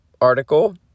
article